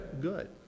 good